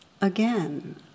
again